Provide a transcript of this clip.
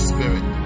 Spirit